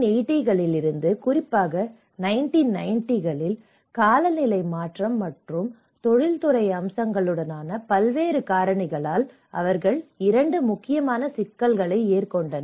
1980 களில் இருந்து குறிப்பாக 1990 களில் காலநிலை மாற்றம் மற்றும் தொழில்துறை அம்சங்களுடனான பல்வேறு காரணிகளால் அவர்கள் இரண்டு முக்கியமான சிக்கல்களை எதிர்கொண்டனர்